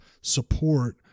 support